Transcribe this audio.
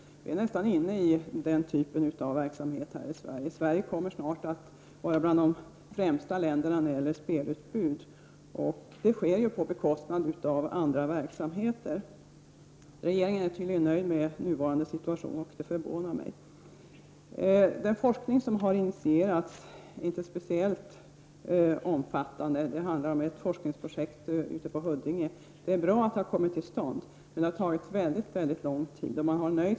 Vi i Sverige befinner oss nästan i samma typ av situation. Snart är Sverige bland de främsta länderna när det gäller spelutbud, och det sker ju på bekostnad av andra verksamheter. Regeringen är tydligen nöjd med nuvarande situation, vilket förvånar mig. Den forskning som har inititerats är inte speciellt omfattande — det rör sig om ett forskningsprojekt i Huddinge. Det är bra att projektet har kommit till stånd, men det har tagit väldigt lång tid, och man har nöjt sig med ett forskningsprojekt i taget.